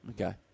Okay